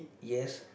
yes